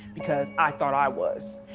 because i thought i was,